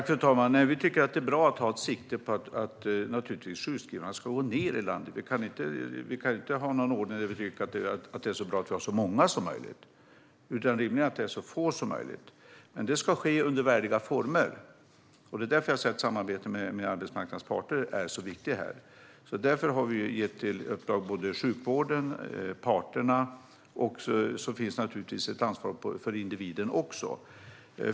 Fru talman! Vi tycker att det är bra att ha sikte på att antalet sjukskrivningar ska gå ned i landet. Vi kan ju inte ha en ordning där vi tycker att det är bra att vi har så många sjukskrivningar som möjligt, utan det rimliga är att det är så få som möjligt. Men det här ska ske under värdiga former, och det är därför jag säger att samarbete med arbetsmarknadens parter är viktigt. Därför har vi gett uppdrag till både sjukvården och parterna, och det finns naturligtvis ett ansvar att ta för individen också.